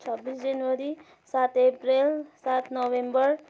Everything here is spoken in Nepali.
छब्बिस जनवरी सात अप्रेल सात नोभेम्बर